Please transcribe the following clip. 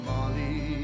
Molly